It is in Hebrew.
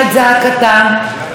יאללה, מי צריך?